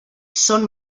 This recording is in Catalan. són